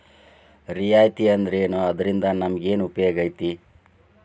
ರಿಯಾಯಿತಿ ಅಂದ್ರೇನು ಅದ್ರಿಂದಾ ನಮಗೆನ್ ಉಪಯೊಗೈತಿ?